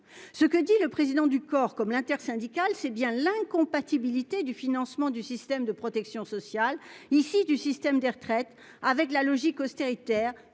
ce que dit le président du corps comme l'intersyndicale, c'est bien l'incompatibilité du financement du système de protection sociale ici du système des retraites avec la logique austéritaire